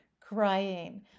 crying